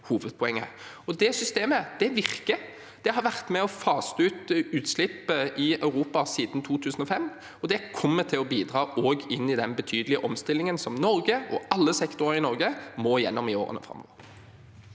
hovedpoenget. Det systemet virker. Det har vært med på å fase ut utslipp i Europa siden 2005, og det kommer til å bidra også i den betydelige omstillingen som Norge og alle sektorer i Norge må gjennom i årene framover.